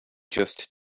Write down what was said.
just